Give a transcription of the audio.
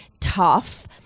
tough